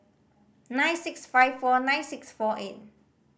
nine six five four nine six four eight